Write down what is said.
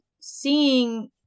seeing